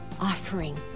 offering